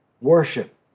Worship